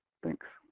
thanks.